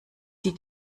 sie